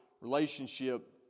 relationship